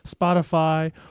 Spotify